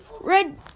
red